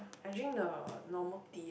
I drink the normal tea